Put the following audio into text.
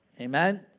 Amen